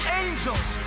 angels